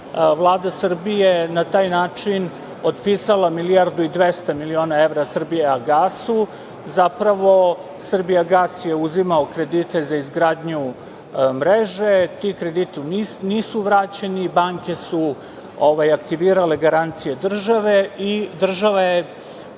Vlada Srbije na taj način otpisala milijardu i 200 miliona evra Srbijagasu. Zapravo, Srbijagas je uzimao kredite za izgradnju mreže. Ti krediti nisu vraćeni, banke su aktivirale garancije države i države